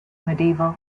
medieval